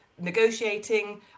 negotiating